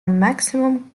maximum